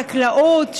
חקלאות,